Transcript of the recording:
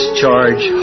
charge